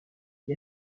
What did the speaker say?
qui